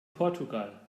portugal